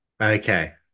Okay